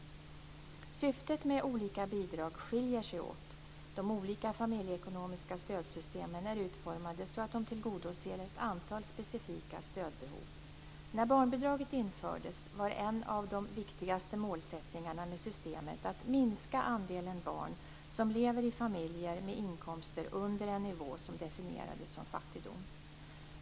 Syftet med olika bidrag skiljer sig åt. De olika familjeekonomiska stödsystemen är utformade så att de tillgodoser ett antal specifika stödbehov. När barnbidraget infördes var en av de viktigaste målsättningarna med systemet att minska andelen barn som lever i familjer med inkomster under en nivå som definierades som fattigdom.